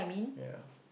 ya